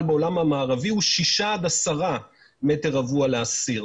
בעולם המערבי הוא שישה עד עשרה מטר רבוע לאסיר.